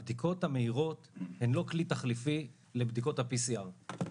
הבדיקות המהירות הן לא כלי תחליפי לבדיקות ה-PCR,